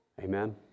Amen